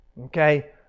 Okay